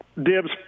Dibs